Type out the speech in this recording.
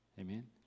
Amen